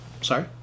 Sorry